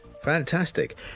Fantastic